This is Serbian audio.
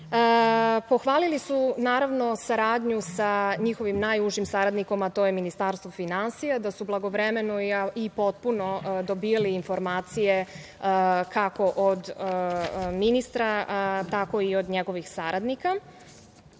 budžeta. Pohvalili su naravno saradnju sa njihovim najužim saradnikom, a to je Ministarstvo finansija, da su blagovremeno i potpuno dobijali informacije kako od ministra, tako i od njegovih saradnika.